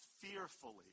fearfully